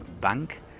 bank